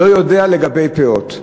לא יודע לגבי פאות.